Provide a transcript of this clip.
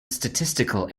statistical